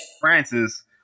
Francis